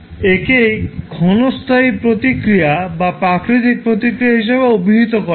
একেই ক্ষণস্থায়ী প্রতিক্রিয়া বা প্রাকৃতিক প্রতিক্রিয়া হিসাবে অভিহিত করা হয়